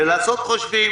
ולעשות חושבים.